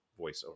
voiceover